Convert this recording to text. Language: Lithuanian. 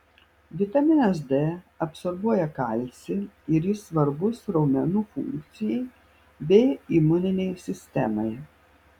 vitaminas d absorbuoja kalcį ir jis svarbus raumenų funkcijai bei imuninei sistemai